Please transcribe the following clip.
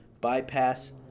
Bypass